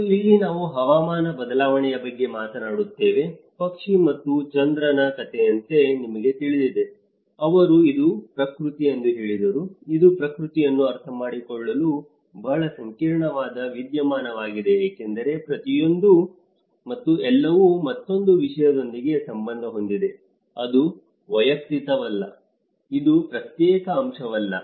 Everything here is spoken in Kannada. ಮತ್ತು ಇಲ್ಲಿ ನಾವು ಹವಾಮಾನ ಬದಲಾವಣೆಯ ಬಗ್ಗೆ ಮಾತನಾಡುತ್ತೇವೆ ಪಕ್ಷಿ ಮತ್ತು ಚಂದ್ರನ ಕಥೆಯಂತೆ ನಿಮಗೆ ತಿಳಿದಿದೆ ಅವರು ಇದು ಪ್ರಕೃತಿ ಎಂದು ಹೇಳಿದರು ಇದು ಪ್ರಕೃತಿಯನ್ನು ಅರ್ಥಮಾಡಿಕೊಳ್ಳಲು ಬಹಳ ಸಂಕೀರ್ಣವಾದ ವಿದ್ಯಮಾನವಾಗಿದೆ ಏಕೆಂದರೆ ಪ್ರತಿಯೊಂದೂ ಮತ್ತು ಎಲ್ಲವೂ ಮತ್ತೊಂದು ವಿಷಯದೊಂದಿಗೆ ಸಂಬಂಧ ಹೊಂದಿದೆ ಅದು ವೈಯಕ್ತಿಕವಲ್ಲ ಇದು ಪ್ರತ್ಯೇಕ ಅಂಶವಲ್ಲ